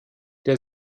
der